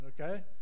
okay